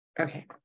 Okay